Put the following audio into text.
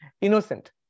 innocent